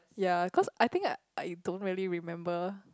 ya cause I think I don't really remember